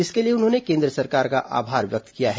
इसके लिए उन्होंने केन्द्र सरकार का आभार व्यक्त किया है